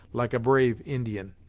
like a brave indian!